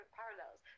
parallels